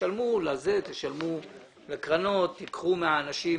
תשלמו לקרנות, תיקחו מהאנשים